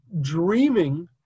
dreaming